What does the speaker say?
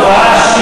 הצבעה אנטישמית.